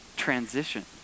transition